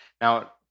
Now